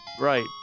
right